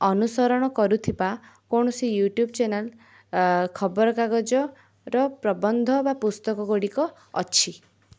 ଅନୁସରଣ କରୁଥିବା କୌଣସି ୟୁଟ୍ୟୁବ ଚେନାଲ୍ ଖବରକାଗଜର ପ୍ରବନ୍ଧ ବା ପୁସ୍ତକ ଗୁଡ଼ିକ ଅଛି